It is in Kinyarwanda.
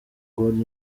god